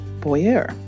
Boyer